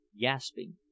gasping